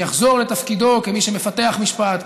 שיחזור לתפקידו כמי שמפתח משפט,